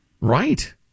Right